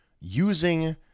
using